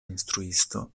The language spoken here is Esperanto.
instruisto